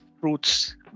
fruits